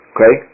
Okay